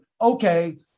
okay